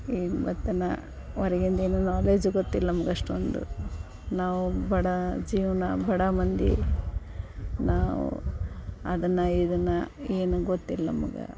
ಈಗ ಮತ್ತು ನಾ ಹೊರಗಿಂದ್ ಏನೂ ನಾಲೇಜೂ ಗೊತ್ತಿಲ್ಲ ನಮ್ಗೆ ಅಷ್ಟೊಂದು ನಾವು ಬಡ ಜೀವನ ಬಡ ಮಂದಿ ನಾವು ಅದನ್ನು ಇದನ್ನು ಏನೂ ಗೊತ್ತಿಲ್ಲ ನಮ್ಗೆ